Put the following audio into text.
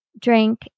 drink